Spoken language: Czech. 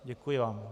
Děkuji vám.